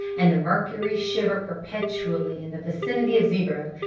and the mercury shiver perpetually in the vicinity of zero!